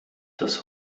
das